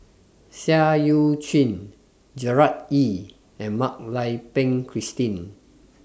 Seah EU Chin Gerard Ee and Mak Lai Peng Christine